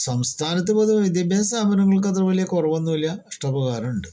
സംസ്ഥാനത്ത് പൊതുവെ വിദ്യാഭ്യാസസ്ഥാപനങ്ങൾക്ക് അത്ര വല്യ കുറവൊന്നുമില്ല ഇഷ്ടപ്രകാരമുണ്ട്